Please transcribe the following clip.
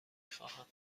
خواهم